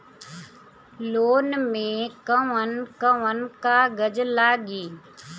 Loan में कौन कौन कागज लागी?